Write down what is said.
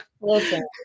Listen